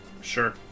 Sure